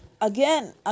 again